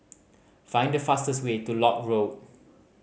find the fastest way to Lock Road